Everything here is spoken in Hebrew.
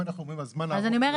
אם אנחנו אומרים הזמן הארוך --- לא,